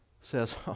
says